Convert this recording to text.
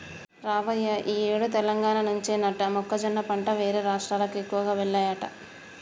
రావయ్య ఈ ఏడు తెలంగాణ నుంచేనట మొక్కజొన్న పంట వేరే రాష్ట్రాలకు ఎక్కువగా వెల్లాయట